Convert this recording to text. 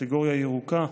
והקטגוריה הירוקה,